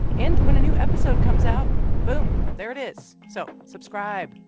and when a new episode comes out boom there it is. so subscribe.